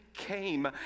came